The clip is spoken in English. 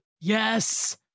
Yes